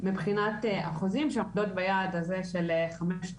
מבחינת אחוזים עומדות ביעד הזה של חמישה